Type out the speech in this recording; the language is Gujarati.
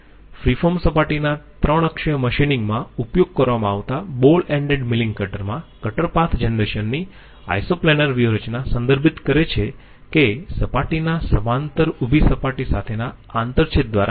ફ્રી ફોર્મ સપાટીના 3 અક્ષીય મશીનીંગ માં ઉપયોગ કરવામાં આવતા બોલ એન્ડેડ મીલીંગ કટર માં કટર પાથ જનરેશન ની આઈસો પ્લાનર વ્યૂહરચના સંદર્ભિત કરે છે કે સપાટીના સમાંતર ઉભી સપાટી સાથેના આંતરછેદ દ્વારા કટર પાથ ઉત્પન્ન થાય છે